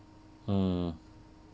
mm